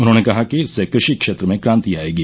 उन्होंने कहा कि इससे कृषि क्षेत्र में क्रांति आएगी